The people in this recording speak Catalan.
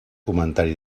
comentari